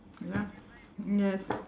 you know yes